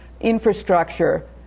infrastructure